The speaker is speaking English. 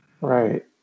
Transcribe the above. Right